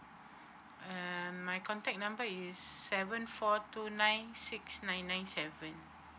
uh my contact number is seven four two nine six nine nine seven